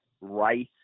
Rice